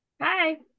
Hi